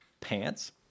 pants